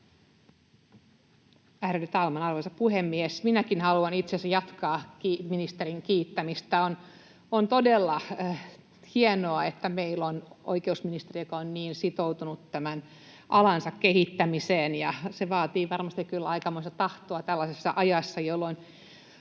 talman, arvoisa puhemies! Minäkin haluan itse asiassa jatkaa ministerin kiittämistä. On todella hienoa, että meillä on oikeusministeri, joka on niin sitoutunut tämän alansa kehittämiseen. Se vaatii varmasti kyllä aikamoista tahtoa tällaisessa ajassa, jolloin